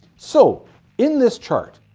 so in this chart,